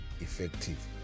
effective